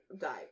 Die